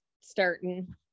starting